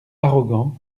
arrogants